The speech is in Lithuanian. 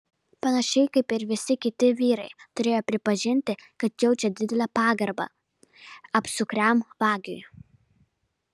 panašiai kaip ir visi kiti vyrai turėjo pripažinti kad jaučia didelę pagarbą apsukriam vagiui